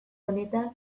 honetan